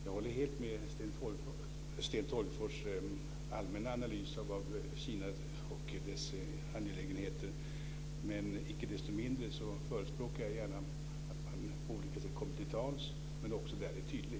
Jag håller helt med om Sten Tolgfors allmänna analys av Kina och dess angelägenheter, men icke desto mindre förespråkar jag gärna att man på olika sätt kommer till tals och också då är tydlig.